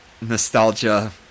nostalgia